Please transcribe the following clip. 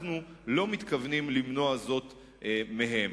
אנחנו לא מתכוונים למנוע זאת מהם.